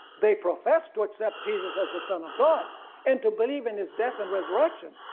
they profess to accept jesus as the son of god and to believe in his death and resurrection,